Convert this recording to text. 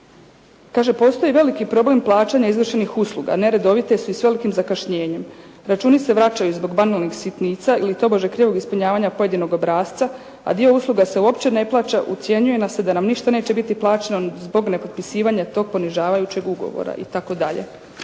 Kaže “postoji veliki problem plaća, neizvršenih usluga, neredovite su i s velikim zakašnjenjem. Računi se vraćaju zbog banalnih sitnica ili tobože krivog ispunjavanja pojedinog obrasca, a dio usluga se uopće ne plaća, ucjenjuje nas se da nam ništa neće biti plaćeno zbog nepotpisivanja tog ponižavajućeg ugovora itd.“